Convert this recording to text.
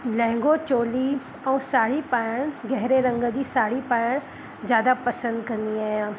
लहिंगो चोली ऐं साड़ी पाइणु गहिरे रंग जी साड़ी पाइणु ज़्यादा पसंदि कंदी आहियां